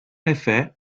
effet